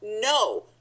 No